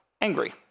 angry